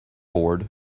board